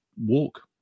walk